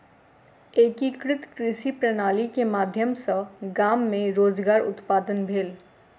एकीकृत कृषि प्रणाली के माध्यम सॅ गाम मे रोजगार उत्पादन भेल